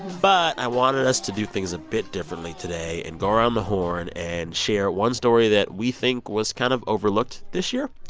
but i wanted us to do things a bit differently today and go around the horn and share one story that we think was kind of overlooked this year.